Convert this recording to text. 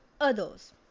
others